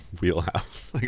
wheelhouse